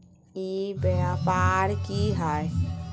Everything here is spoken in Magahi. ई व्यापार की हाय?